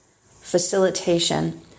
Facilitation